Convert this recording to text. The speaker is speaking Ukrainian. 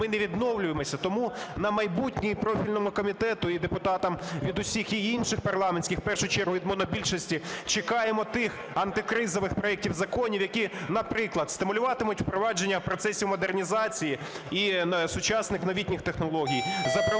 Ми не відновлюємося. Тому на майбутнє і профільному комітету, і депутатам від усіх і інших парламентських, в першу чергу від монобільшості, чекаємо тих антикризових проектів законів, які, наприклад, стимулюватимуть впровадження в процесі модернізації і сучасних новітніх технологій,